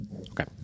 Okay